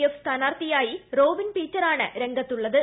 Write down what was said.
F സ്ഥാനാർത്ഥിയ്കായി Robin പീറ്ററാണ് രംഗത്തുള്ളത്